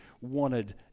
wanted